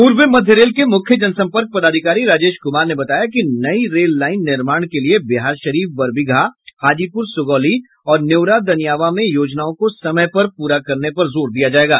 पूर्व मध्य रेल के मुख्य जनसम्पर्क पदाधिकारी राजेश कुमार ने बताया कि नई रेल लाईन निर्माण के लिए बिहारशरीफ बरबीघा हाजीपुर सुगौली और नेउरा दनियावा में योजनाओं को समय पर पूरा करने पर जोर दिया जायेगा